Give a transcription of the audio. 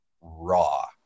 raw